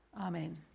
Amen